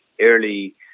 early